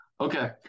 Okay